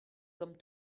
comme